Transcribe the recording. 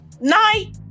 Night